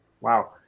Wow